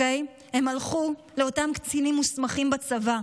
הן הלכו לאותם קצינים מוסמכים בצבא.